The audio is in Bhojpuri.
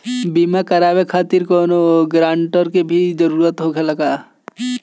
बीमा कराने खातिर कौनो ग्रानटर के भी जरूरत होखे ला?